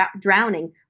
drowning